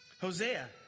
Hosea